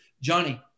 Johnny